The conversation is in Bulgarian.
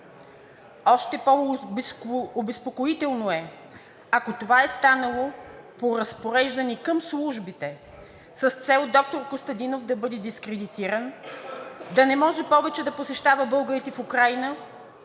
Още по-обезпокоително е, ако това е станало по разпореждане към службите с цел доктор Костадинов да бъде дискредитиран и да не може повече да посещава българите в Украйна